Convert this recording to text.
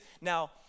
Now